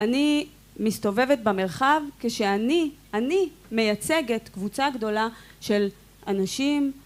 אני מסתובבת במרחב כשאני אני מייצגת קבוצה גדולה של אנשים